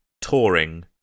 touring